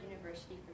University